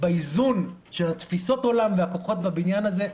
באיזון של תפיסות העולם והכוחות בבניין הזה,